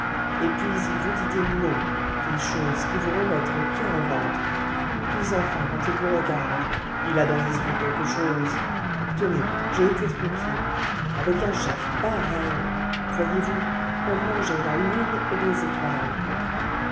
et puis il vous dit des mots des choses qui vous remettent le coeur au ventre puis enfin quand il vous regarde il a dans les yeux quelques chose tenez j'ai été troupier avec un chef pareil voyez-vous on mangeait la lune et les étoiles